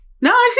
No